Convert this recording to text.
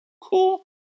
Cool